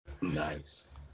Nice